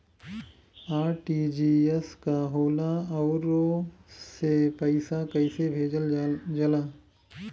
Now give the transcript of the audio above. RTGS का होला आउरओ से पईसा कइसे भेजल जला?